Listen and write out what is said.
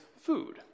food